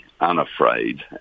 unafraid